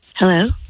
Hello